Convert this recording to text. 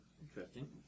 Interesting